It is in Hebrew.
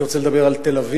אני רוצה לדבר על תל-אביב.